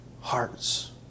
hearts